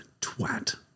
Twat